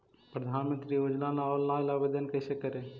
प्रधानमंत्री योजना ला ऑनलाइन आवेदन कैसे करे?